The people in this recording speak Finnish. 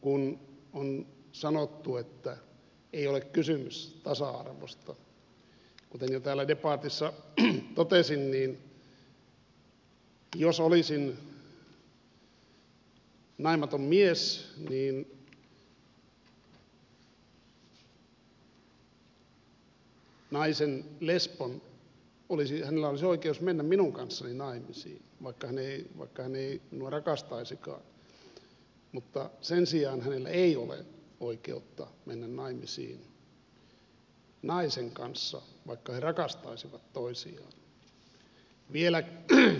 kun on sanottu että ei ole kysymys tasa arvosta niin kuten jo täällä debatissa totesin jos olisin naimaton mies niin naisella lesbolla olisi oikeus mennä minun kanssani naimisiin vaikka hän ei minua rakastaisikaan mutta sen sijaan hänellä ei ole oikeutta mennä naimisiin naisen kanssa vaikka he rakastaisivat toisiaan